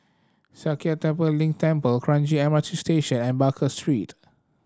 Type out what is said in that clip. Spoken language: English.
Sakya Tenphel Ling Temple Kranji M R T Station and Baker Street